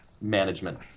management